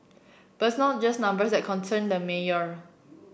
but it's not just numbers that concern the mayor